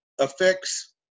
affects –